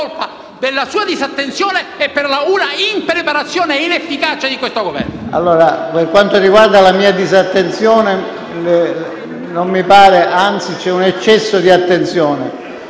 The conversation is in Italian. Per quanto riguarda la mia disattenzione, non mi pare; anzi, c'è un eccesso di attenzione.